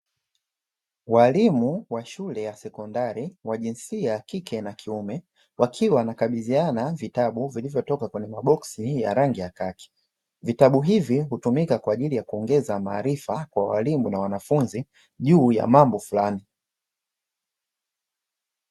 Walimu wa shule ya sekondari wa jinsia ya kike na kiume wakiwa wanakabidhiana vitabu vilivyotoka kwenye maboksi ya rangi ya kaki, vitabu hivi hutumika kwa ajili ya kuongeza maarifa kwa walimu na wanafunzi juu ya mambo fulani.